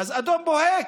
אז אדום בוהק.